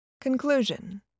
Conclusion